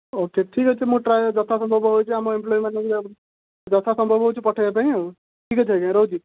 ହଉ ଠିକ୍ ଠିକ୍ ଅଛି ମୁଁ ଟ୍ରାଏ ଯଥା ସମ୍ଭବ ହେଉଛି ଆମ ଏମ୍ପ୍ଲଇମାନଙ୍କୁ ଇଆଡ଼ୁ ଯଥା ସମ୍ଭବ ହେଉଛି ପଠାବା ପାଇଁ ଆଉ ଠିକ୍ ଅଛି ଆଜ୍ଞା ରହୁଛି